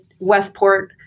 Westport